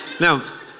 Now